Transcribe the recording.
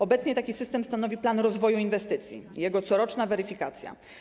Obecnie taki system stanowi plan rozwoju inwestycji, jego coroczna weryfikacja.